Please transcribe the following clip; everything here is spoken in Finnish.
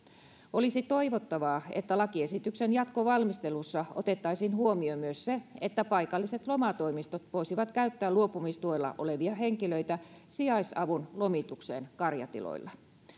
olisi toivottavaa että lakiesityksen jatkovalmistelussa otettaisiin huomioon myös se että paikalliset lomatoimistot voisivat käyttää luopumistuella olevia henkilöitä sijaisavun lomitukseen karjatiloilla